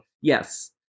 yes